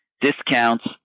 discounts